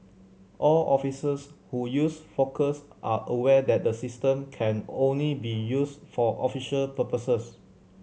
all officers who use Focus are aware that the system can only be used for official purposes